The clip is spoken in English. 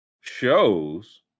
shows